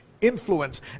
influence